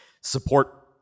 support